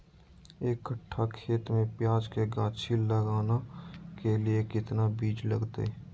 एक कट्ठा खेत में प्याज के गाछी लगाना के लिए कितना बिज लगतय?